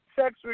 sex